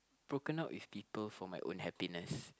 broken up with people for my own happiness